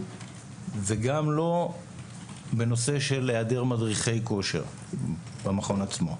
וגם לא בנושא היעדר מדריכי כושר במכון עצמו.